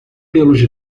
pelos